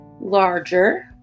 larger